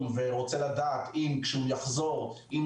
היום בחו"ל ורוצה לדעת אם הוא יוכל לקבל כשהוא יחזור עם